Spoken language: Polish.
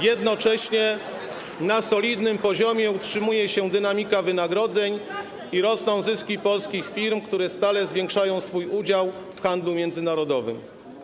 Jednocześnie na solidnym poziomie utrzymuje się dynamika wynagrodzeń i rosną zyski polskich firm, które stale zwiększają swój udział w handlu międzynarodowym.